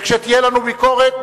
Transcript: וכשתהיה לנו ביקורת,